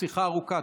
שיחה ארוכה.